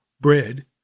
bread